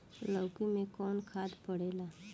लौकी में कौन खाद पड़ेला?